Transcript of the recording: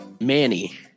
Manny